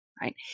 right